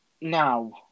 Now